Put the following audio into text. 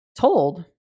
told